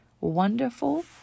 wonderful